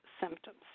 symptoms